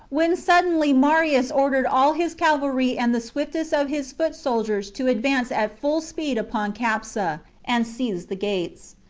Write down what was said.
when suddenly marius ordered all his cavalry and the swiftest of his foot soldiers to advance at full speed upon capsa, and seize the gates.